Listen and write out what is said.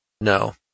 No